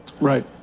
Right